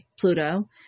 Pluto